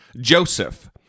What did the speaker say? joseph